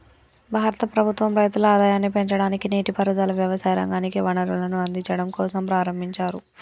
భారత ప్రభుత్వం రైతుల ఆదాయాన్ని పెంచడానికి, నీటి పారుదల, వ్యవసాయ రంగానికి వనరులను అందిచడం కోసంప్రారంబించారు